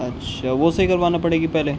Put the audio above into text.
اچھا وہ صحیح کروانا پڑے گی پہلے اچھا